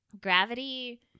gravity